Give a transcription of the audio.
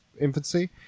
infancy